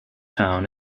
town